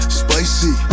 spicy